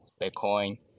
Bitcoin